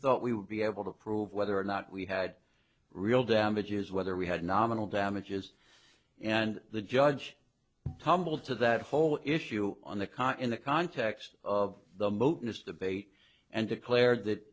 thought we would be able to prove whether or not we had real damages whether we had nominal damages and the judge tumbled to that whole issue on the con and the context of the moat in this debate and declared that